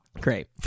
Great